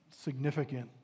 significant